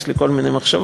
ויש לי כל מיני מחשבות,